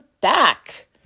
back